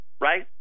right